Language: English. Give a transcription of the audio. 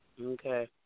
Okay